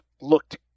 looked